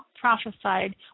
prophesied